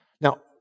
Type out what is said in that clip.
Now